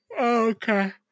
okay